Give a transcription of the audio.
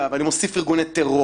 מוסיפים,